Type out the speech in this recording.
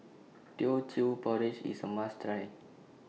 Teochew Porridge IS A must Try